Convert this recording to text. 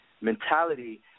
mentality